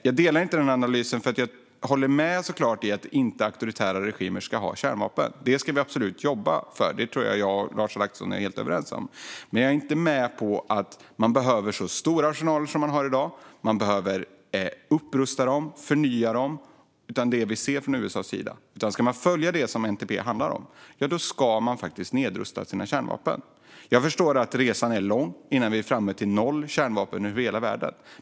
Jag håller förstås med om att auktoritära regimer inte ska ha kärnvapen. Detta ska vi absolut jobba mot, vilket jag och Lars Adaktusson nog är helt överens om. Men jag är inte med på att man behöver så stora arsenaler som man har i dag eller att man behöver upprusta och förnya dem, som vi ser i USA. Om man vill följa det som NPT handlar om ska man faktiskt nedrusta sina kärnvapen. Jag förstår att resan är lång innan vi är framme vid noll kärnvapen över hela världen.